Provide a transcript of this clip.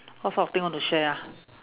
what sort of thing want to share ah